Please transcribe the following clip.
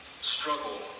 struggle